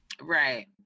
right